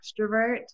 extrovert